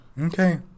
Okay